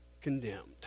condemned